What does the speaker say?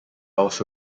also